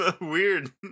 Weird